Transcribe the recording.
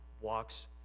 walks